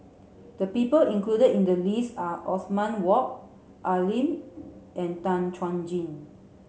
the people included in the list are Othman Wok Al Lim and Tan Chuan Jin